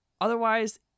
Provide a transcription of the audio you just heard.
Otherwise